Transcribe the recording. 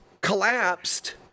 collapsed